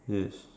yes